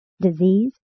disease